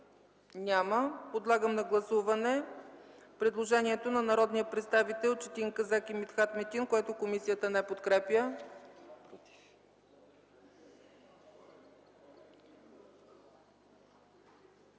Няма. Подлагам на гласуване предложението на народния представител Четин Казак и Митхат Метин, което комисията не подкрепя.